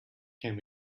can